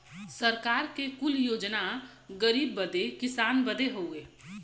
सरकार के कुल योजना गरीब बदे किसान बदे हउवे